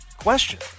question